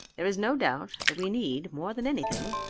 there is no doubt that we need, more than anything,